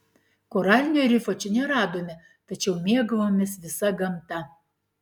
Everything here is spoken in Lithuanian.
koralinio rifo čia neradome tačiau mėgavomės visa gamta